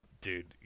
dude